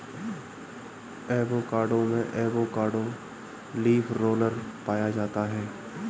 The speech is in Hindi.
एवोकाडो में एवोकाडो लीफ रोलर पाया जाता है